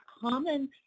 common